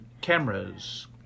cameras